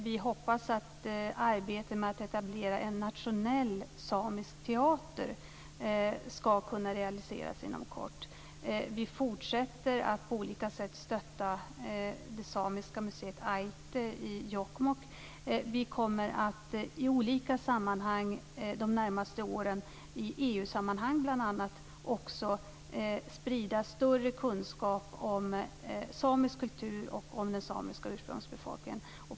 Vi hoppas att arbetet med att etablera en nationell samisk teater ska kunna realiseras inom kort. Vi fortsätter att på olika sätt stötta det samiska museet Ajtte i Jokkmokk. Vi kommer att i olika sammanhang de närmaste åren - bl.a. i EU-sammanhang - att också sprida större kunskap om samisk kultur och den samiska ursprungsbefolkningen.